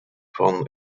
van